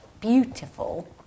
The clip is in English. beautiful